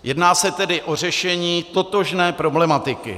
Jedná se tedy o řešení totožné problematiky.